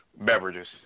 Beverages